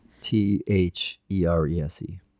t-h-e-r-e-s-e